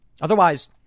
Otherwise